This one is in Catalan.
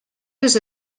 les